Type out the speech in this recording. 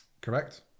Correct